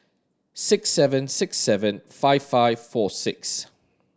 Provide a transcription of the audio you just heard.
six seven six seven five five four six